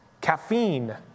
caffeine